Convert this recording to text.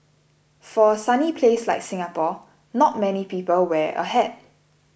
for a sunny place like Singapore not many people wear a hat